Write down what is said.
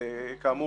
ואנחנו